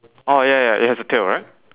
oh ya ya it has a tail right